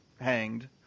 hanged